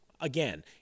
again